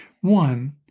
One